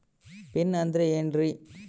Pin ಅಂದ್ರೆ ಏನ್ರಿ?